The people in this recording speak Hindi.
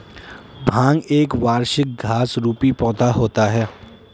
भांग एक वार्षिक घास रुपी पौधा होता है